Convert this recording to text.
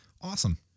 Awesome